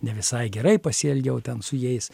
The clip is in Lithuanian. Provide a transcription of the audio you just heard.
ne visai gerai pasielgiau ten su jais